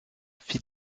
fit